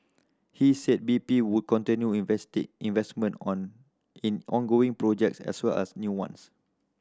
he said B P would continue invest investment on in ongoing projects as well as new ones